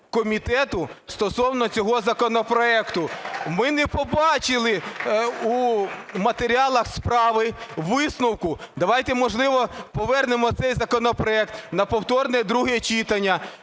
комітету стосовно цього законопроекту? Ми не побачили у матеріалах справи висновку. Давайте, можливо, повернемо цей законопроект на повторне друге читання,